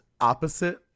opposite